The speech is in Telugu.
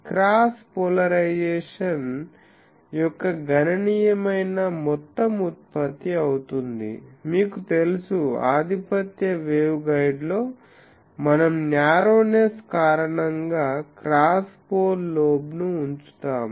క్రాస్ పోలరైజేషన్ యొక్క గణనీయమైన మొత్తం ఉత్పత్తి అవుతుంది మీకు తెలుసు ఆధిపత్య వేవ్గైడ్లో మనం న్యారోనెస్ కారణంగా క్రాస్ పోల్ లోబ్ను ఉంచుతాము